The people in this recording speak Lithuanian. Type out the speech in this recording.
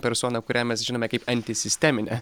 persona kurią mes žinome kaip antisisteminę